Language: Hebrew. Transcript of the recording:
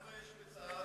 כמה יש בצה"ל?